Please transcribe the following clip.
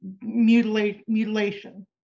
mutilation